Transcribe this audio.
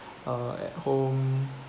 uh at home